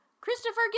Christopher